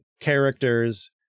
characters